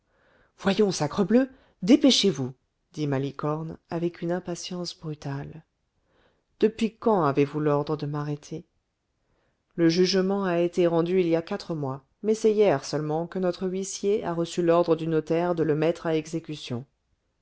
voyons sacrebleu dépêchez-vous dit malicorne avec une impatience brutale depuis quand avez-vous l'ordre de m'arrêter le jugement a été rendu il y a quatre mois mais c'est hier que notre huissier a reçu l'ordre du notaire de le mettre à exécution